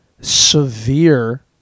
severe